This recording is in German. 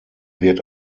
wird